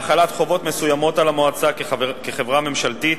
החלת חובות מסוימות על המועצה כחברה ממשלתית